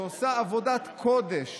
שעושה עבודת קודש